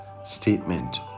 statement